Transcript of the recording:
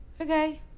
Okay